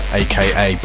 aka